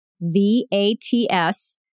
V-A-T-S